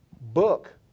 book